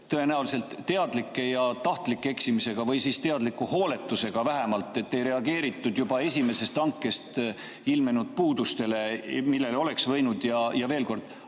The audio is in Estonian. tõenäoliselt teadlike ja tahtlike eksimistega või teadliku hooletusega vähemalt, sest ei reageeritud juba esimesest hankest ilmnenud puudustele, millele oleks võinud [reageerida].